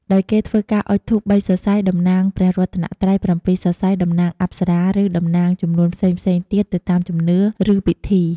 ដោយគេធ្វើការអុជធូប ៣ សរសៃតំណាងព្រះរតនត្រ័យ ៧ សរសៃតំណាងអប្សរា ឬតំណាងចំនួនផ្សេងៗទៀតទៅតាមជំនឿ ឬពិធី។